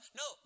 no